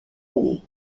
année